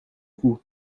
coup